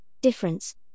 difference